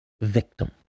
victim